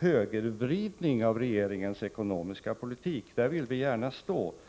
högervridningen av regeringens ekonomiska politik vill vi gärna stå utanför.